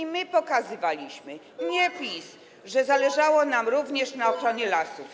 To my pokazywaliśmy, nie PiS, że zależało nam również na ochronie lasów.